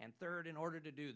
and third in order to do